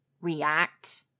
react